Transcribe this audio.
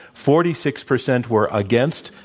forty six percent were against.